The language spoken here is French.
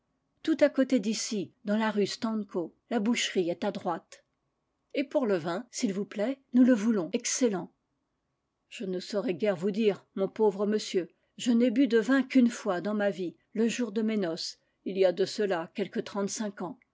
tout à côté d'ici dans la rue stanko la boucherie est à droite et pour le vin s'il vous plaît nous le voulons excel lent je ne saurais guère vous dire mon pauvre monsieur je n'ai bu de vin qu'une fois dans ma vie le jour de mes noces il y a de cela quelque trente-cinq ans